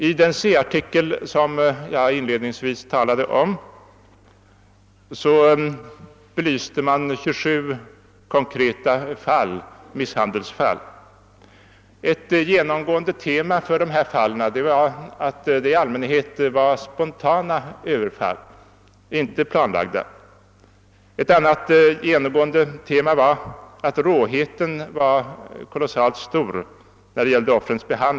I den Se-artikel som jag inledningsvis talade om belystes 27 konkreta misshandelsfall. Ett genomgående tema för dessa var att det i allmänhet rörde sig om spontant överfall, inte planlagda. Ett annat genomgående tema var att råheten var kolossalt stor i fråga om behandlingen av offren.